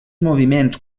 moviments